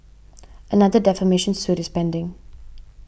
another defamation suit is pending